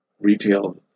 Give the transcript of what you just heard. retail